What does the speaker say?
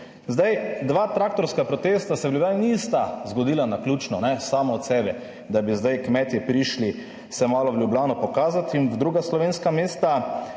Zdaj, dva traktorska protesta se v Ljubljani nista zgodila naključno sama od sebe, da bi zdaj kmetje prišli se malo v Ljubljano pokazati in v druga slovenska mesta,